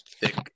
thick